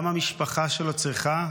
גם המשפחה שלו צריכה.